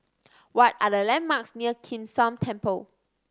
what are the landmarks near Kim San Temple